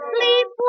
Sleep